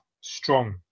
Strong